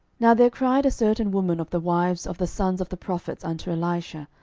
now there cried a certain woman of the wives of the sons of the prophets unto elisha,